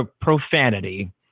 profanity